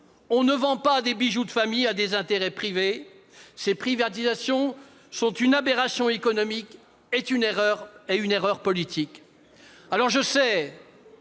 On ne vend pas des bijoux de famille à des intérêts privés. Ces privatisations sont une aberration économique et une erreur politique.